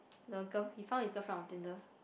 the girl he found his girlfriend on Tinder